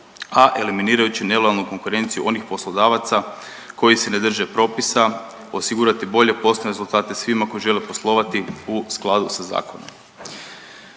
a eliminirajući nelojalnu konkurenciju onih poslodavaca koji se ne drže propisa, osigurati bolje postojanje .../nerazumljivo/... svima koji žele poslovati u skladu sa zakonom